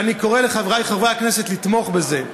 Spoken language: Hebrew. ואני קורא לחבריי חברי הכנסת לתמוך בזה.